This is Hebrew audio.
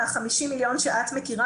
מה-50 מיליון שאת מכירה.